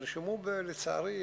נרשמו לצערי,